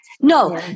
No